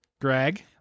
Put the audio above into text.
greg